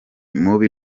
mubi